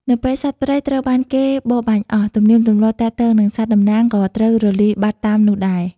នៅពេលសត្វព្រៃត្រូវបានគេបរបាញ់អស់ ទំនៀមទម្លាប់ទាក់ទងនឹងសត្វតំណាងក៏ត្រូវរលាយបាត់តាមនោះដែរ។